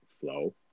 flow